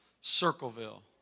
Circleville